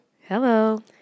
hello